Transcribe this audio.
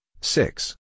six